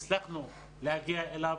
הצלחנו להגיע אליו,